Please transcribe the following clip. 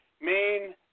main